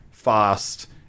Fast